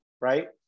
right